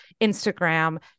instagram